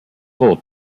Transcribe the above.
full